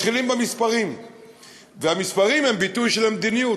מתחילים במספרים והמספרים הם ביטוי של המדיניות.